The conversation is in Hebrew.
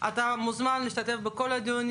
כדי לתת לגורם המפקח איזה שהוא כלי לבחון